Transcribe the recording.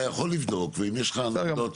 אתה יכול לבדוק ואם יש לך נקודות,